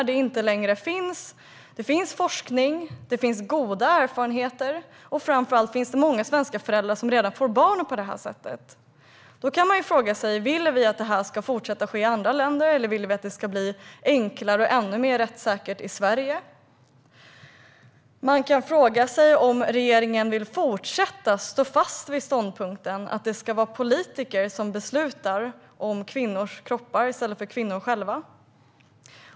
Det finns forskning, det finns goda erfarenheter och framför allt finns det många svenska föräldrar som redan får barn på detta sätt. Vill vi att detta ska fortsätta att ske i andra länder, eller vill vi att det ska bli enklare och ännu mer rättssäkert i Sverige? Vill regeringen stå fast vid ståndpunkten att det ska vara politiker som beslutar om kvinnors kroppar i stället för kvinnor själva?